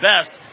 best